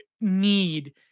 need